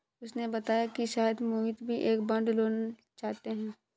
उसने बताया कि शायद मोहित भी एक बॉन्ड लेना चाहता है